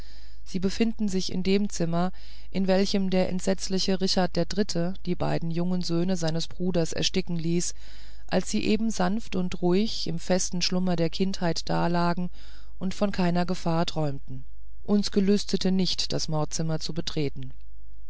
sie befinden sich in dem zimmer in welchem der entsetzliche richard der dritte die beiden jungen söhne seines bruders ersticken ließ als sie eben sanft und ruhig im festen schlummer der kindheit dalagen und von keiner gefahr träumten uns gelüstete nicht das mordzimmer zu betreten